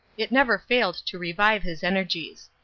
it never failed to revive his energies.